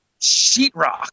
sheetrock